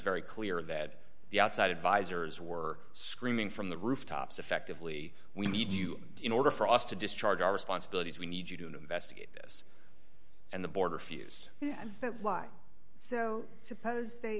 very clear that the outside advisors were screaming from the rooftops effectively we need you in order for us to discharge our responsibilities we need you to investigate this and the border fused and that's why so suppose they